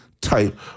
type